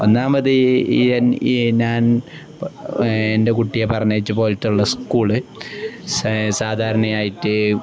ഒന്നാമത് ഞാൻ എൻ്റെ കുട്ടിയെ പറഞ്ഞയച്ച പോലത്തെയുള്ള സ്കൂള് സാധാരണയായിട്ട്